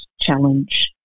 challenge